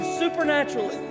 supernaturally